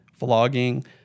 vlogging